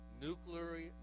nuclear